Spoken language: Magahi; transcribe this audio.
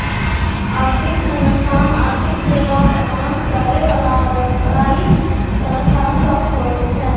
आर्थिक संस्थान आर्थिक सेवा प्रदान करे बला व्यवसायि संस्था सब होइ छै